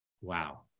Wow